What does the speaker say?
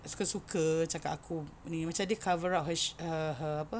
suka suka cakap aku ni macam dia cover up her sh~ her her apa